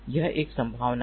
यह एक संभावना है